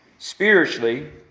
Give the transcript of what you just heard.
spiritually